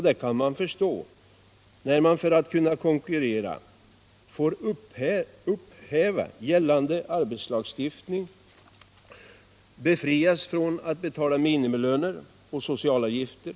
Det kan vi förstå när vi får veta att man för att kunna konkurrera får upphäva gällande arbetslagstiftning. Arbetsgivaren befrias från att betala minimilöner och socialavgifter.